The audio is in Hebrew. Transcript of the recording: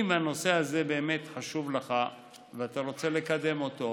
אם הנושא הזה באמת חשוב לך ואתה רוצה לקדם אותו,